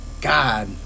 God